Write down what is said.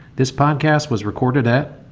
this podcast was recorded at.